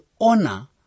honor